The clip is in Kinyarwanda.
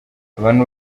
abantu